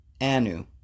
Anu